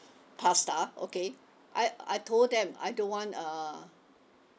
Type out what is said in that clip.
pasta okay I I told them I don't want uh